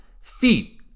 Feet